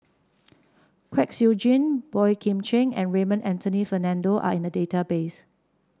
Kwek Siew Jin Boey Kim Cheng and Raymond Anthony Fernando are in the database